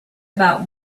about